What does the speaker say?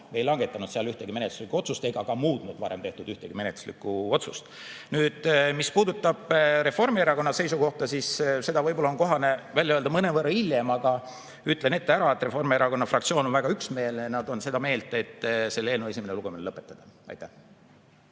ei langetanud seal ühtegi menetluslikku otsust ega muutnud ka ühtegi varem tehtud menetluslikku otsust. Nüüd, mis puudutab Reformierakonna seisukohta, siis seda võib-olla on kohane välja öelda mõnevõrra hiljem, aga ütlen ette ära, et Reformierakonna fraktsioon on väga üksmeelne ja nad on seda meelt, et selle eelnõu esimene lugemine tuleb lõpetada. Aitäh,